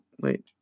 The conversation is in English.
Wait